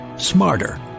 smarter